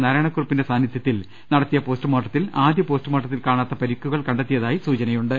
നാരായണ കുറുപ്പിന്റെ സാന്നിധൃത്തിൽ നടത്തിയ പോസ്റ്റ്മോർട്ടത്തിൽ ആദ്യ പോസ്റ്റ്മോർട്ടത്തിൽ കാണാത്ത പരിക്കു കൾ കണ്ടെത്തിയതായി സൂചനയുണ്ട്